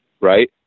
right